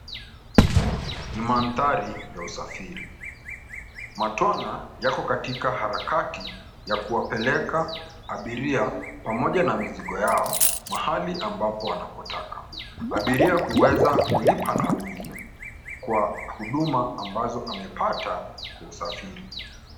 Ni mandhari ya usafiri. Matwana yako katika harakati ya kuwapeleka abiria pamoja na mizigo yao mahali ambapo wanapotaka. Abiria huweza kulipa nauli kwa huduma ambazo amepata kwa usafiri.